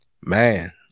Man